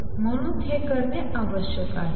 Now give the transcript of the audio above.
म्हणून हे करणे आवश्यक आहे